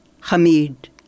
Hamid